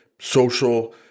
social